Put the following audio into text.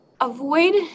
avoid